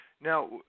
Now